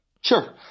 Sure